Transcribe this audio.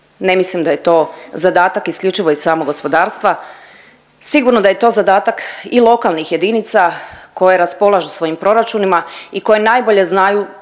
ne mislim da je to zadatak isključivo i samog gospodarstva, sigurno da je to zadatak i lokalnih jedinica koje raspolažu svojim proračunima i koje najbolje znaju